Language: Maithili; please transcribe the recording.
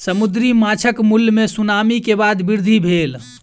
समुद्री माँछक मूल्य मे सुनामी के बाद वृद्धि भेल